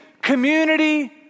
community